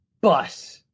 bus